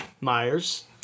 Myers